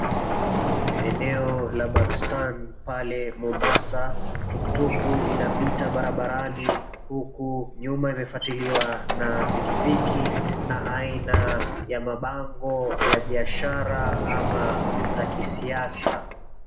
Eneo la Bakstan pale Mombasa tuktuk inapita barabarani huku nyuma imefuatiliwa na pikpik huku na aina ya mabango ya kibiashara ama za kisiasa.